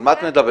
על מה את מדברת?